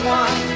one